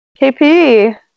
KP